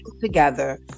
together